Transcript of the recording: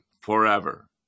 forever